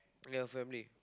ya family